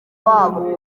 wabo